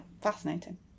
fascinating